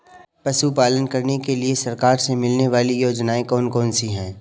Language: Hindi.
पशु पालन करने के लिए सरकार से मिलने वाली योजनाएँ कौन कौन सी हैं?